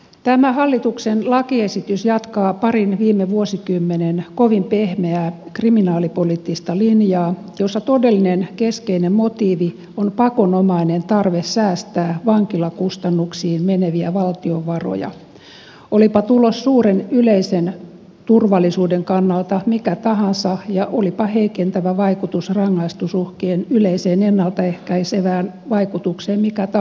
tämä hallituksen lakiesitys jatkaa parin viime vuosikymmenen kovin pehmeää kriminaalipoliittista linjaa jossa todellinen keskeinen motiivi on pakonomainen tarve säästää vankilakustannuksiin meneviä valtion varoja olipa tulos suuren yleisen turvallisuuden kannalta mikä tahansa ja olipa heikentävä vaikutus rangaistusuhkien yleiseen ennalta ehkäisevään vaikutukseen mikä tahansa